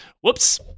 whoops